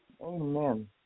Amen